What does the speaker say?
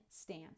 stance